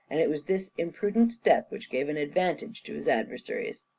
and it was this imprudent step which gave an advantage to his adversaries.